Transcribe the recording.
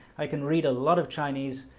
i can read a lot of chinese